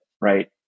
Right